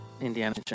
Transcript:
Indiana